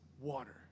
water